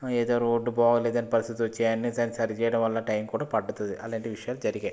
ఏదో రోడ్డు బాగాలేదని పరిస్థితొచ్చాయని దాన్ని సరి చేయడం వల్ల టైం కూడా పడుతుంది అలాంటి విషయాలు జరిగాయి